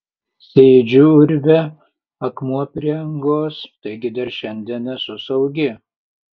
sėdžiu urve akmuo prie angos taigi dar šiandien esu saugi